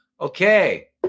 Okay